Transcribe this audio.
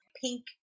pink